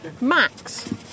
Max